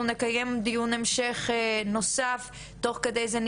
אנחנו נקיים דיון המשך נוסף ותוך כדי זה עד הדיון